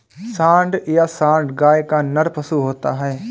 सांड या साँड़ गाय का नर पशु होता है